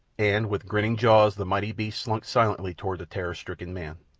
and with grinning jaws the mighty beast slunk silently toward the terror-stricken man.